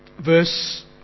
verse